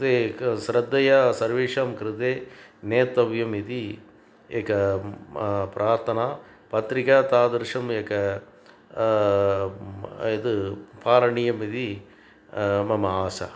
ते क श्रद्धया सर्वेषां कृते नेतव्यमिति एका प्रार्थना पत्रिका तादृशा एका म् यद् करणीयमिति मम आशा